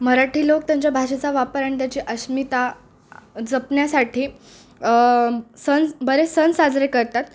मराठी लोक त्यांच्या भाषेचा वापर आणि त्याची अस्मिता जपण्यासाठी सण बरेच सण साजरे करतात